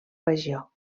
regió